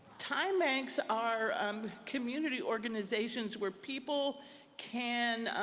time banks are um community organizations where people can,